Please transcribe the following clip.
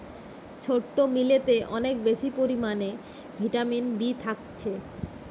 ছোট্ট মিলেতে অনেক বেশি পরিমাণে ভিটামিন বি থাকছে